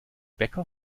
bäcker